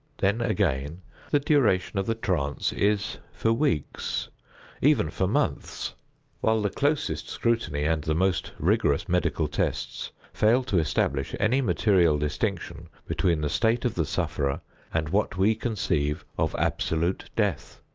then again the duration of the trance is for weeks even for months while the closest scrutiny, and the most rigorous medical tests, fail to establish any material distinction between the state of the sufferer and what we conceive of absolute death.